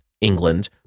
England